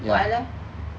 why leh